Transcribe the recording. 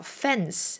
fence